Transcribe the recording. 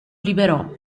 liberò